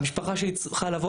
המשפחה שלי צריכה לבוא.